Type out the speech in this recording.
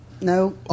no